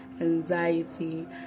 anxiety